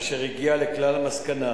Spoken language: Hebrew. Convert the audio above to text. והיא הגיעה לכלל מסקנה